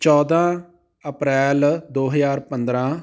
ਚੌਦਾਂ ਅਪ੍ਰੈਲ ਦੋ ਹਜ਼ਾਰ ਪੰਦਰਾਂ